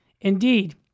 Indeed